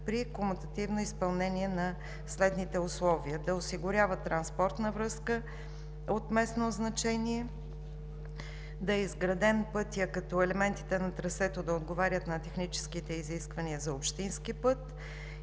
при комутативно изпълнение на следните условия: да осигурява транспортна връзка от местно значение, да е изграден пътят, като елементите на трасето да отговарят на техническите изисквания за общински път,